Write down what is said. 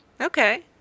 Okay